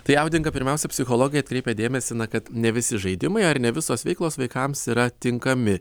tai audinga pirmiausia psichologai atkreipia dėmesį kad ne visi žaidimai ar ne visos veiklos vaikams yra tinkami